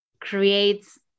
creates